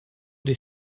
des